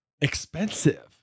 Expensive